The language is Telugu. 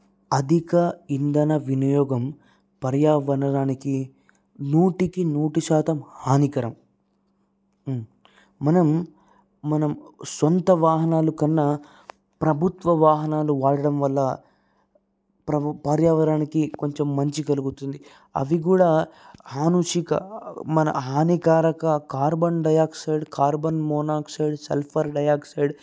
అధిక ఇంధన వినియోగం పర్యావరణానికి నూటికి నూరు శాతం హానికరం మనం మనం సొంత వాహనాల కన్నా ప్రభుత్వ వాహనాలు వాడడం వల్ల ప్రభు పర్యావరణానికి కొంచెం మంచి జరుగుతుంది అవి కూడా హనూసిక మన హానికారక carbon dioxide carbon monoxide sulphur dioxide